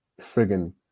friggin